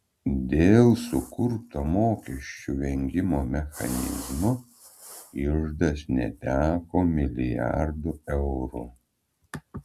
dėl sukurto mokesčių vengimo mechanizmo iždas neteko milijardų eurų